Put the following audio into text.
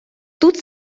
тут